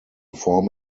form